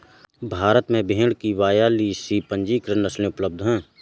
भारत में भेड़ की बयालीस पंजीकृत नस्लें उपलब्ध हैं